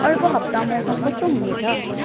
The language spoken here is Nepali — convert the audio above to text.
अर्को हप्ता मौसम कस्तो हुनेछ